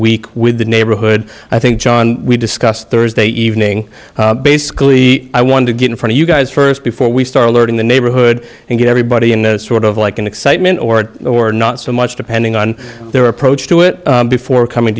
week with the neighborhood i think john we discussed thursday evening basically i want to get in front of you guys first before we start alerting the neighborhood and get everybody you know sort of like an excitement or it or not so much depending on their approach to it before coming